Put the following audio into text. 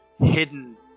hidden